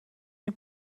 این